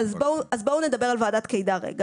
(שקף: ועדת קידר 2022). בואו נדבר על ועדת קידר.